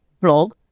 blog